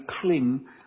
cling